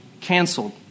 canceled